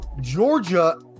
georgia